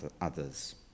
others